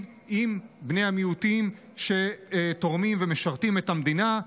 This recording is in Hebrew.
עם בני המיעוטים שתורמים ומשרתים את המדינה,